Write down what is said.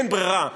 אין ברירה,